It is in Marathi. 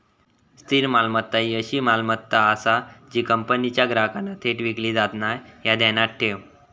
स्थिर मालमत्ता ही अशी मालमत्ता आसा जी कंपनीच्या ग्राहकांना थेट विकली जात नाय, ह्या ध्यानात ठेव